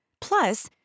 Plus